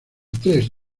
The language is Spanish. tres